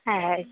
হ্যাঁ